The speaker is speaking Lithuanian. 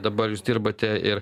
dabar jūs dirbate ir